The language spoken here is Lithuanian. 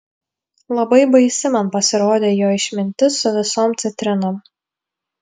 labai baisi man pasirodė jo išmintis su visom citrinom